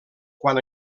quan